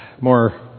more